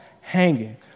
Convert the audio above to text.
hanging